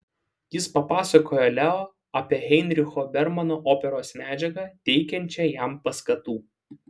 jis papasakojo leo apie heinricho bermano operos medžiagą teikiančią jam paskatų